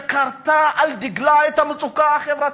שכּרתה על דגלה את המצוקה החברתית,